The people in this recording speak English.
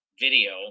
video